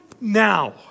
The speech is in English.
now